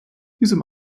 diesem